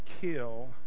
kill